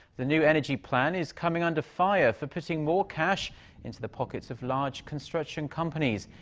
the new energy plan is coming under fire for putting more cash into the pockets of large construction companies.